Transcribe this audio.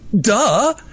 duh